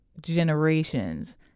generations